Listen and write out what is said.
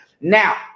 Now